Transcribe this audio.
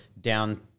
down –